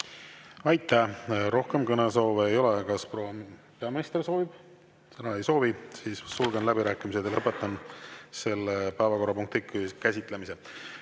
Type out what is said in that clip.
Aitäh! Rohkem kõnesoove ei ole. Kas proua peaminister soovib sõna? Ei soovi. Siis sulgen läbirääkimised ja lõpetan selle päevakorrapunkti käsitlemise.